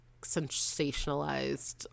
sensationalized